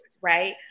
right